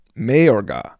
Mayorga